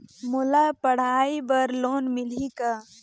मोला पढ़ाई बर लोन मिलही का?